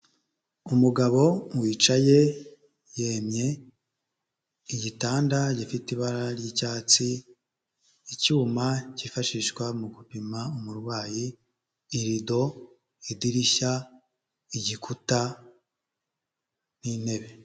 Umugabo wicaye yemye, igitanda gifite ibara ry'icyatsi, icyuma kifashishwa mu gupima umurwayi, irido, idirishya, igikuta n'intebe.